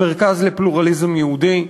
המרכז לפלורליזם יהודי,